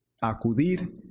acudir